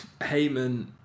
Heyman